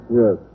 yes